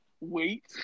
wait